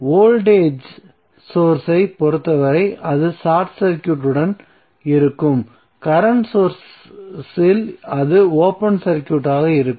voltage source ஐ பொறுத்தவரை அது ஷார்ட் சர்க்யூட்டுடன் இருக்கும் கரண்ட் சோர்ஸ் இல் அது ஓபன் சர்க்யூட்களாக இருக்கும்